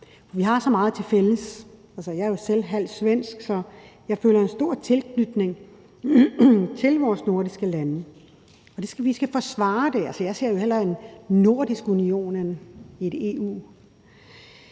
Vi har så meget tilfælles. Jeg er jo selv halvt svensk, så jeg føler en stor tilknytning til vores nordiske lande. Og vi skal forsvare det – altså, jeg ser jo hellere en nordisk union end et EU.